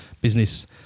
business